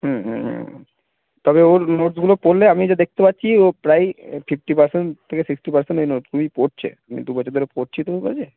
হুম হুম হুম হুম তবে ওর নোটসগুলো পড়লে আমি যা দেখতে পাচ্ছি ও প্রায়ই ফিফটি পার্সেন্ট থেকে সিক্সটি পার্সেন্ট এই নোটসগুলিই পড়ছে আমি দু বছর ধরে পড়ছি তো ওর কাছে